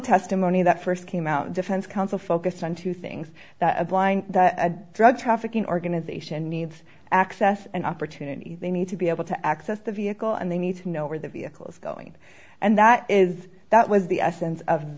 testimony that first came out defense council focused on two things a blind drug trafficking organization needs access and opportunity they need to be able to access the vehicle and they need to know where the vehicle is going and that is that was the essence of